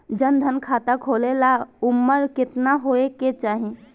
जन धन खाता खोले ला उमर केतना होए के चाही?